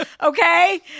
okay